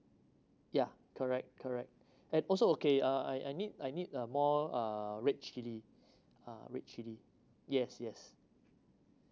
yeah correct correct and also okay uh I I need I need a more uh red chilli ah red chilli yes yes